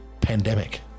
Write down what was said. pandemic